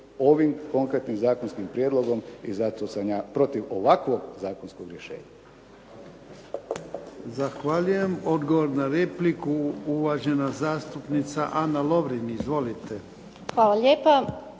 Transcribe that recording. ovim konkretnim zakonskim prijedlogom i zato sam ja protiv ovog ovakvog zakonskog rješenja.